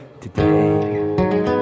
today